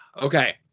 Okay